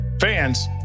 Fans